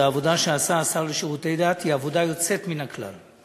והעבודה שעשה השר לשירותי דת היא עבודה יוצאת מן הכלל.